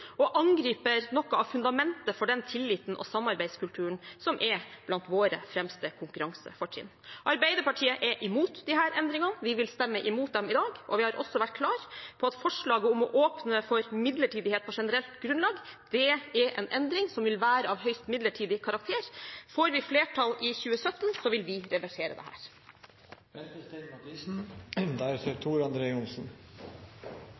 og angriper noe av fundamentet for den tilliten og samarbeidskulturen som er blant våre fremste konkurransefortrinn. Arbeiderpartiet er imot disse endringene og vil stemme imot dem i dag, og vi har også vært klare på at forslaget om å åpne for midlertidighet på generelt grunnlag er en endring som vil være av høyst midlertidig karakter. Får vi flertall i 2017, vil vi reversere